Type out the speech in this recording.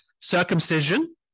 circumcision